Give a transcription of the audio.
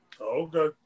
Okay